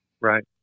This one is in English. Right